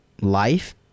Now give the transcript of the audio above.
life